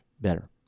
better